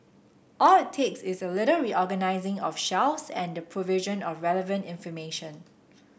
all it takes is a little reorganising of shelves and provision of relevant information